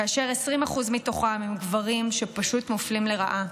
כאשר 20% מתוכם הם גברים, שפשוט מופלים לרעה.